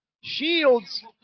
Shields